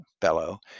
fellow